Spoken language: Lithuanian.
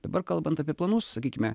dabar kalbant apie planus sakykime